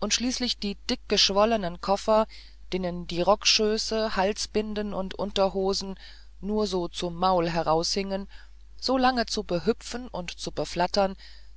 und schließlich die dickgeschwollenen koffer denen die rockschöße halsbinden und unterhosen nur so zum maul heraushingen so lange zu behüpfen und zu beflattern